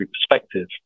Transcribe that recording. perspective